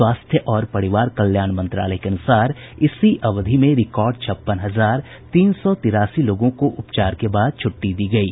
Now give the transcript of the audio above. स्वास्थ्य और परिवार कल्याण मंत्रालय के अनुसार इसी अवधि में रिकार्ड छप्पन हजार तीन सौ तिरासी लोगों को उपचार के बाद छुट्टी दी गयी